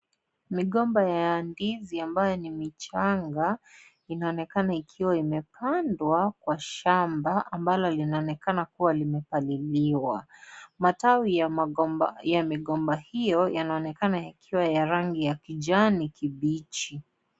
Migomba ya ndizi ambayo ni michanga, inaonekana ikiwa imepandwa kwa shamba, ambalo linaonekana kuwa limepaliliwa. Matawi ya migomba hiyo, yanaonekana yakiwa ya rangi ya kijani kibichi.